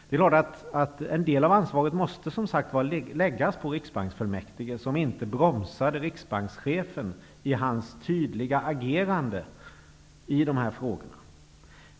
Det är klart att en del av ansvaret, som sagt var, måste läggas på Riksbanksfullmäktige, som inte bromsade riksbankschefen i hans tydliga agerande i de här frågorna.